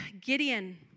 Gideon